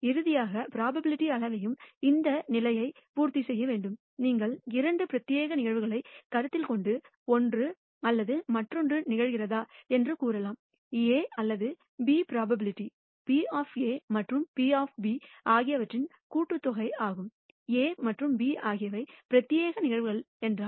இறுதியாக ப்ரோபபிலிட்டி அளவையும் இந்த நிலையை பூர்த்தி செய்ய வேண்டும் நீங்கள் இரண்டு பிரத்யேக நிகழ்வுகளை கருத்தில் கொண்டு ஒன்று அல்லது மற்றொன்று நிகழ்கிறதா என்று கூறலாம் A அல்லது B ப்ரோபபிலிட்டி P மற்றும் P ஆகியவற்றின் கூட்டுத்தொகை ஆகும் A மற்றும் B ஆகியவை பிரத்யேக நிகழ்வுகள் என்றால்